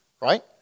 right